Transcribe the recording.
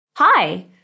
Hi